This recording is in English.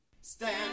Stand